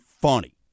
funny